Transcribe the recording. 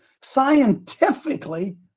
scientifically